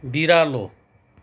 बिरालो